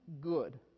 good